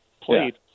played